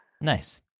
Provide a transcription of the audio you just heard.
Nice